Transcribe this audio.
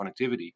connectivity